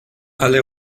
alle